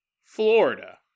Florida